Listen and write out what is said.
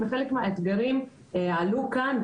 וחלק מהאתגרים עלו כאן,